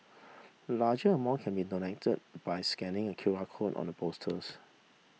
larger amount can be donated by scanning a Q R code on the posters